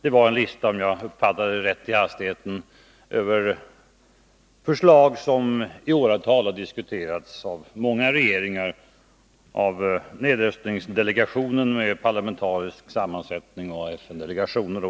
Det var en lista — om jag i hastigheten uppfattade saken rätt — över förslag som i åratal diskuterats av många regeringar, av den parlamentariskt sammansatta nedrustningsdelegationen, FN-delegationer etc.